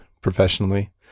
professionally